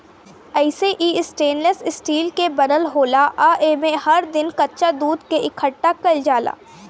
अइसे इ stainless steel के बनल होला आ एमे हर दिन कच्चा दूध के इकठ्ठा कईल जाला